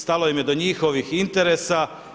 Stalo im je do njihovih interesa.